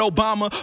Obama